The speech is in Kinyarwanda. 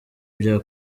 bya